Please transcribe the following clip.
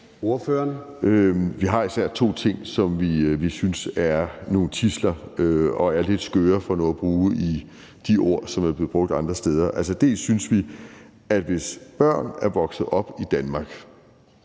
(RV): Vi har især to ting, som vi synes er nogle tidsler, og som er lidt skøre, for nu at bruge de ord, som er blevet brugt andre steder. Altså, hvis børn er vokset op i Danmark,